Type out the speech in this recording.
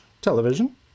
television